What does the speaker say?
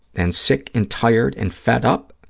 then sick and tired and fed up,